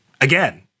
Again